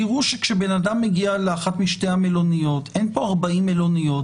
תראו שכשבן אדם מגיע לאחת משתי המלוניות אין פה 40 מלוניות